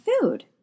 food